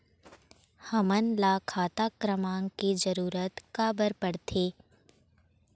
हमन ला खाता क्रमांक के जरूरत का बर पड़थे?